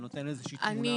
זה נותן איזה שהיא תמונה.